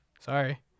Sorry